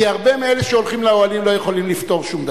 כי הרבה מאלה שהולכים לאוהלים לא יכולים לפתור שום דבר.